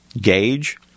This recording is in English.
gauge